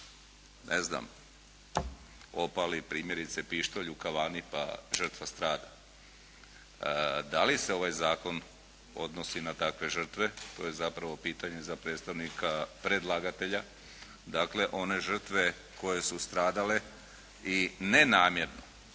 Ne znam, opali primjerice pištolj u kavani pa žrtva strada. Da li se ovaj zakon odnosi na takve žrtve? To je zapravo pitanje za predstavnika predlagatelja, dakle one žrtve koje su stradale i nenamjerno,